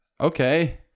Okay